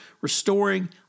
restoring